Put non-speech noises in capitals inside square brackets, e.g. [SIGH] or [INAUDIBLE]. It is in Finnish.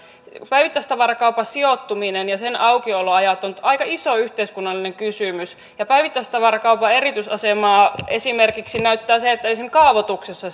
päivittäistavarakaupan sijoittuminen ja aukioloajat ovat aika iso yhteiskunnallinen kysymys ja päivittäistavarakaupan erityisaseman näyttää esimerkiksi se että kaavoituksessa [UNINTELLIGIBLE]